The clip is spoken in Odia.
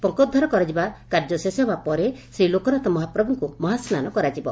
ପଙ୍କୋଦ୍ଧାର କରାଯିବା କାର୍ଯ୍ୟ ଶେଷ ହେବାପରେ ଶ୍ରୀଲୋକନାଥ ମହାପ୍ରଭୁଙ୍କୁ ମହାସ୍ନାନ କରାଯିବ